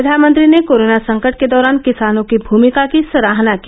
प्रधानमंत्री ने कोराना संकट के दौरान किसानों की भूमिका की सराहना की